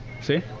See